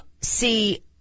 see